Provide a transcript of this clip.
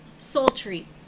Sultry